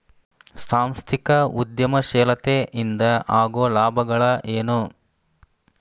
ಸಾಂಸ್ಥಿಕ ಉದ್ಯಮಶೇಲತೆ ಇಂದ ಆಗೋ ಲಾಭಗಳ ಏನು